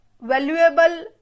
valuable